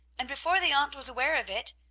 and before the aunt was aware of it,